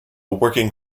working